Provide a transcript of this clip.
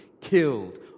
killed